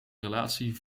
relatie